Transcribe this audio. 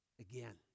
again